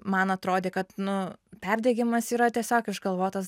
man atrodė kad nu perdegimas yra tiesiog išgalvotas